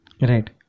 Right